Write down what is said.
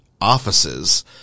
offices